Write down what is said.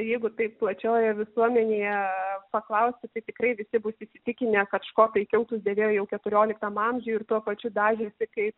jeigu taip plačiojo visuomenėje paklausti tai tikrai visi bus įsitikinę kad škotai kiltus dėvėjo jau keturioliktam amžiuj ir tuo pačiu dažėsi kaip